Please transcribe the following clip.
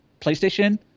PlayStation